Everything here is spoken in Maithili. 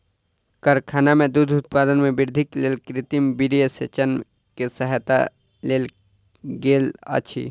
कारखाना में दूध उत्पादन में वृद्धिक लेल कृत्रिम वीर्यसेचन के सहायता लेल गेल अछि